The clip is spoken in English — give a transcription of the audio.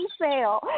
sale